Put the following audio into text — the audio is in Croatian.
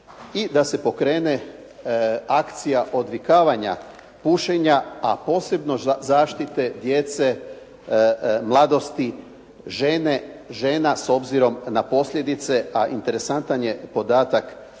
i da se pokrene akcija odvikavanja pušenja a posebno zaštite djece, mladosti, žene, žena s obzirom na posljedice a interesantan je podatak